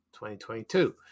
2022